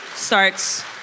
starts